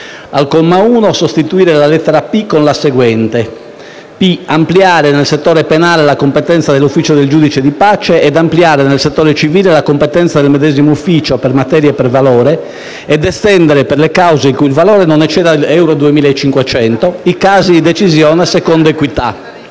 «*Al comma 1, sostituire la lettera p) con la seguente*: "*p)* ampliare nel settore penale la competenza dell'ufficio del giudice di pace ed ampliare nel settore civile la competenza del medesimo ufficio per materia e per valore, ed estendere per le cause il cui valore non ecceda euro 2.500 i casi di decisione secondo equità"».